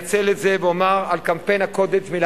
שנותרו ואומר על קמפיין ה"קוטג'" מלה